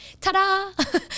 ta-da